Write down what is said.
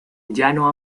llano